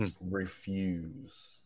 Refuse